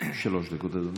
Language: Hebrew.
שלוש דקות, אדוני.